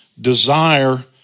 desire